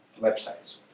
websites